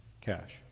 Cash